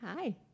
hi